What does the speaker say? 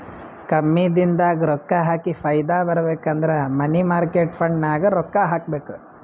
ಕಮ್ಮಿ ದಿನದಾಗ ರೊಕ್ಕಾ ಹಾಕಿ ಫೈದಾ ಬರ್ಬೇಕು ಅಂದುರ್ ಮನಿ ಮಾರ್ಕೇಟ್ ಫಂಡ್ನಾಗ್ ರೊಕ್ಕಾ ಹಾಕಬೇಕ್